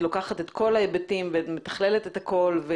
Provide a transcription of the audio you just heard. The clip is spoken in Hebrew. לוקחת את כל ההיבטים ומתכללת את הכול.